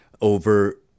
over